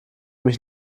mich